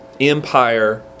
Empire